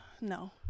No